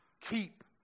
keep